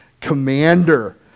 commander